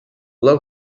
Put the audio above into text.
low